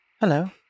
Hello